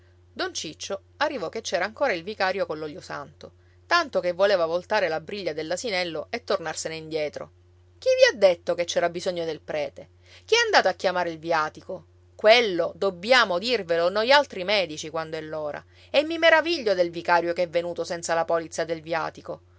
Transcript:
don ciccio arrivò che c'era ancora il vicario coll'olio santo tanto che voleva voltare la briglia dell'asinello e tornarsene indietro chi vi ha detto che c'era bisogno del prete chi è andato a chiamare il viatico quello dobbiamo dirvelo noi altri medici quando è l'ora e mi meraviglio del vicario che è venuto senza la polizza del viatico